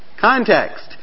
Context